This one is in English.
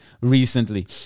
recently